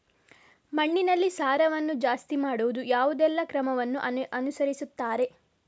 ಮಣ್ಣಿನಲ್ಲಿ ಸಾರವನ್ನು ಜಾಸ್ತಿ ಮಾಡಲು ಯಾವುದೆಲ್ಲ ಕ್ರಮವನ್ನು ಅನುಸರಿಸುತ್ತಾರೆ